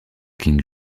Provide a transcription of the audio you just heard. king